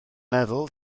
meddwl